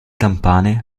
campane